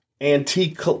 antique